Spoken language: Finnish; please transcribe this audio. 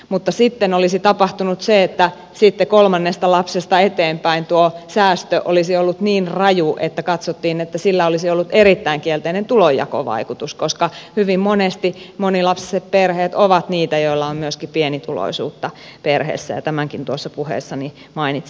mutta sitten olisi tapahtunut se että sitten kolmannesta lapsesta eteenpäin tuo säästö olisi ollut niin raju että katsottiin että sillä olisi ollut erittäin kielteinen tulonjakovaikutus koska hyvin monesti monilapsiset perheet ovat niitä joilla myöskin on pienituloisuutta perheessä ja tämänkin tuossa puheessani mainitsin